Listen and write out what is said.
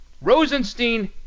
Rosenstein